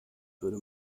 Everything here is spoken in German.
würde